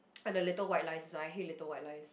and the little white lies also I hate little white lies